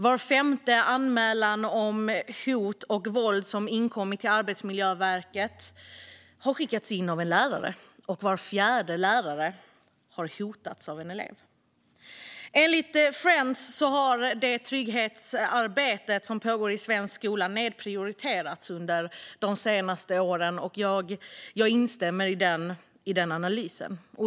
Var femte anmälan om hot och våld som inkommit till Arbetsmiljöverket har skickats in av en lärare, och var fjärde lärare har hotats av en elev. Enligt Friends har trygghetsarbetet som pågår i svensk skola nedprioriterats under de senaste åren, och jag instämmer i den analysen.